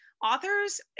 authors